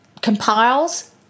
compiles